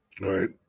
Right